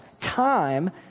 time